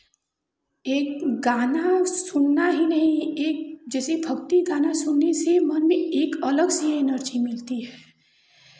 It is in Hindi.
एक गाना सुनना ही नहीं एक जैसे भक्ति गाना सुनने से मन में एक अलग सी एनर्जी मिलती है